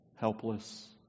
helpless